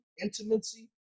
intimacy